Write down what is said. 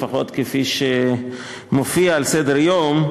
לפחות כפי שמופיעה על סדר-היום,